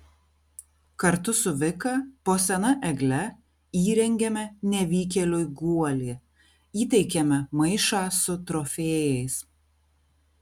kartu su vika po sena egle įrengiame nevykėliui guolį įteikiame maišą su trofėjais